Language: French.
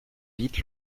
vite